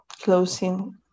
closing